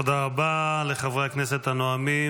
תודה רבה לחברי הכנסת הנואמים.